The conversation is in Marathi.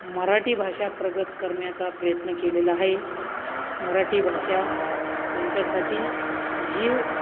मराठी भाषा प्रगत करण्याचा प्रयत्न केलेला आहे मराठी भाषा त्यांच्यासाठी जीव